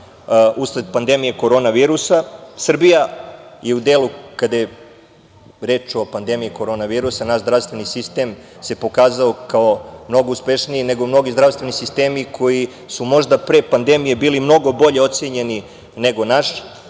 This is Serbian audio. usled pandemije korona virusa. Srbija je u delu, kada je reč o pandemiji korona virusa, naš zdravstveni sistem se pokazao kao mnogo uspešniji nego mnogi zdravstveni sistemi koji su možda pre pandemije bili mnogo bolje ocenjeni nego